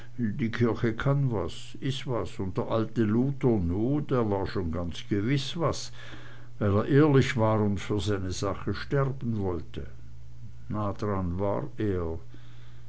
die kirche kann was is was und der alte luther nu der war schon ganz gewiß was weil er ehrlich war und für seine sache sterben wollte nahe dran war er